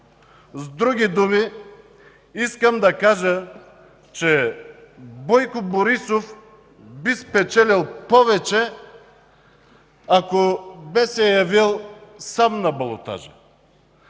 С други думи искам да кажа, че Бойко Борисов би спечелил повече, ако бе се явил сам на балотаж.